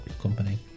company